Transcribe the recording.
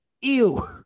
ew